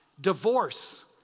divorce